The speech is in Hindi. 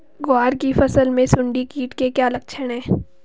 ग्वार की फसल में सुंडी कीट के क्या लक्षण है?